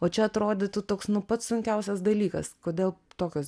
o čia atrodytų toks pats nu sunkiausias dalykas kodėl tokios